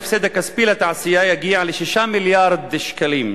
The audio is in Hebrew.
ההפסד הכספי לתעשייה יגיע ל-6 מיליארד שקלים,